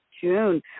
June